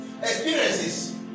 Experiences